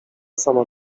sama